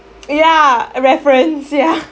ya a reference yeah